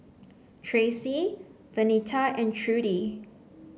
Traci Vernita and Trudie